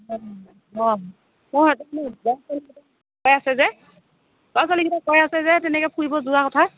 হৈ আছে যে ল'ৰা ছোৱালীকেইটাই কৈ আছে যে তেনেকৈ ফুৰিব যোৱা কথা